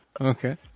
Okay